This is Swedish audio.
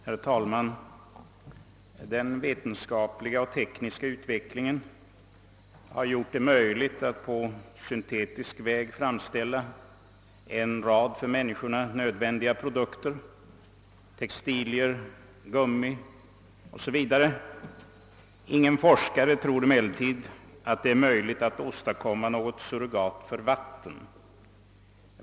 Herr talman! Den vetenskapliga och tekniska utvecklingen har gjort det möjligt att på syntetisk väg framställa en mängd för människorna nödvändiga produkter, t.ex. textilier, gummi o. s. v. Men ingen forskare tror att det är möjligt att åstadkomma något surrogat för vatten.